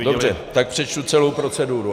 Dobře, tak přečtu celou proceduru.